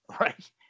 right